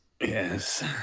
Yes